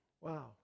Wow